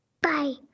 bye